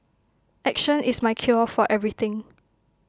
action is my cure for everything